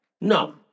No